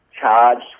charged